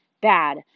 bad